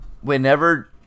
whenever